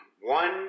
One